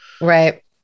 right